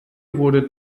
wurde